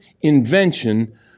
invention